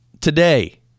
today